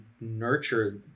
nurture